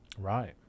Right